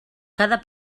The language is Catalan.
cada